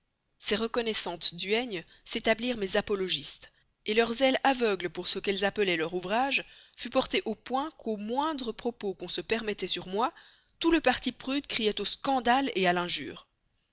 ces reconnaissantes duègnes s'établirent mes apologistes leur zèle aveugle pour ce qu'elles appelaient leur ouvrage fut porté au point qu'au moindre propos qu'on se permettait sur moi tout le parti prude criait au scandale à l'injure